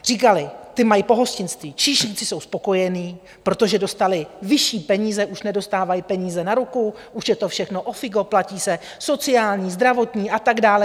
Říkali ti mají pohostinství, číšníci jsou spokojení, protože dostali vyšší peníze, už nedostávají peníze na ruku, už je to všechno ofiko, platí se sociální, zdravotní a tak dále.